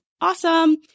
Awesome